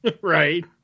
right